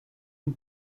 une